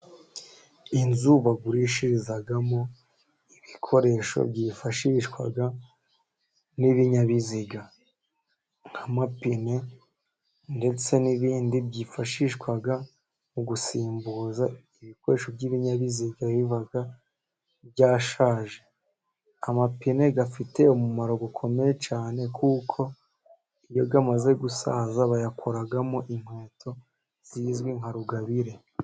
Inzu bagurishirizamo ibikoresho byifashishwa n'ibinyabiziga, nk'amapine ndetse n'ibindi byifashishwa mu gusimbuza ibikoresho by'ibinyabiziga biba byashaje. Amapine afite umumaro ukomeye cyane, kuko iyo amaze gusaza bayakoramo inkweto zizwi nka rugabire.